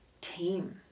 team